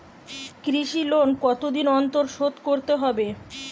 কৃষি লোন কতদিন অন্তর শোধ করতে হবে?